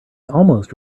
almost